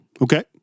Okay